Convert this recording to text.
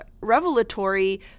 revelatory